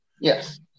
Yes